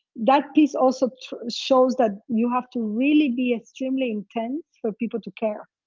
that piece also shows that you have to really be extremely intense for people to care.